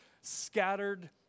scattered